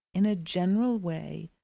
in a general way,